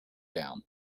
down